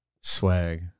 Swag